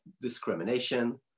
discrimination